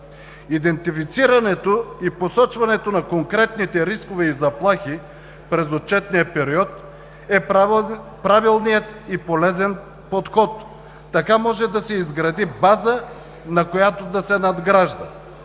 Идентифицирането и посочването на конкретните рискове и заплахи през отчетния период е правилният и полезен подход. Така може да се изгради база, на която да се надгражда.